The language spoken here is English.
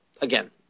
again